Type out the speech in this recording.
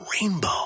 rainbow